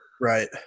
Right